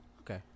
Okay